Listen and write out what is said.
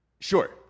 Sure